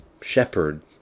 shepherd